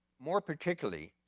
more particularly,